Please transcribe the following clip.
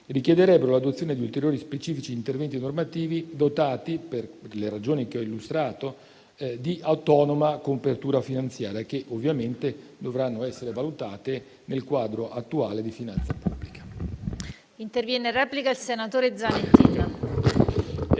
richiederebbero l'adozione di ulteriori specifici interventi normativi, dotati, per le ragioni che ho illustrato, di autonoma copertura finanziaria, che ovviamente dovranno essere valutate nel quadro attuale di finanza.